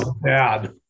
bad